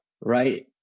right